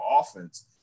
offense